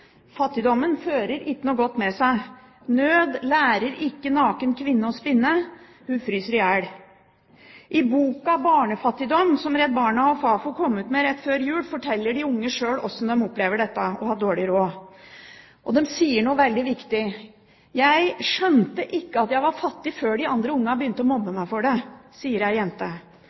Fattigdommen fører ikke noe godt med seg. Nød lærer ikke naken kvinne å spinne, hun fryser i hjel. I boka «Barnefattigdom», som Redd Barna og Fafo kom ut med rett før jul, forteller de unge sjøl hvordan de opplever å ha dårlig råd. Der sier de noe veldig viktig. Jeg skjønte ikke at jeg var fattig før de andre ungene begynte å mobbe meg for det, sier ei jente.